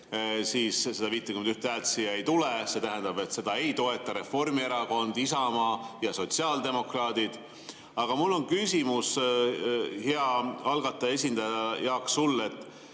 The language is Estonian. siis seda 51 häält siia ei tule. See tähendab, et seda ei toeta Reformierakond, Isamaa ja sotsiaaldemokraadid. Aga mul on küsimus, hea algataja esindaja Jaak, sulle.